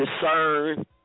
discern